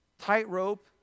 tightrope